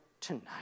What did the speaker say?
tonight